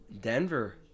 denver